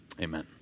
Amen